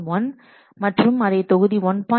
1 மற்றும் அதை தொகுதி1